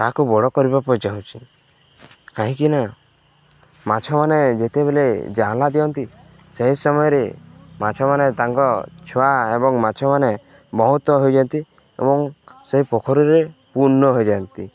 ତାହାକୁ ବଡ଼ କରିବାକୁ ଚାହୁଁଛି କାହିଁକି ନା ମାଛ ମାନେ ଯେତେବେଳେ ଯାଆଁଳା ଦିଅନ୍ତି ସେହି ସମୟରେ ମାଛ ମାନେ ତାଙ୍କ ଛୁଆ ଏବଂ ମାଛ ମାନେ ବହୁତ ହୋଇଯାଆନ୍ତି ଏବଂ ସେହି ପୋଖରୀରେ ପୂର୍ଣ୍ଣ ହୋଇଯାଆନ୍ତି